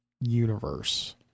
universe